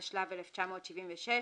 התשל"ו 1976,